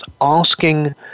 asking